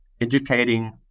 educating